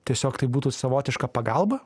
tiesiog tai būtų savotiška pagalba